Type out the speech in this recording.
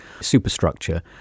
superstructure